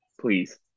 Please